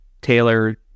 Taylor